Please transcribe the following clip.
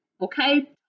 okay